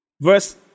verse